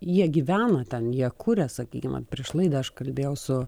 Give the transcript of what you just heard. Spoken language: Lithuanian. jie gyvena ten jie kuria sakykime prieš laidą aš kalbėjau su